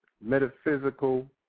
metaphysical